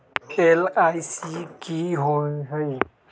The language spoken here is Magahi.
एल.आई.सी की होअ हई?